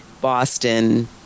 Boston